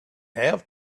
have